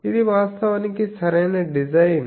ఇది వాస్తవానికి సరైన డిజైన్